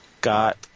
got